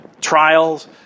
trials